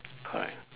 correct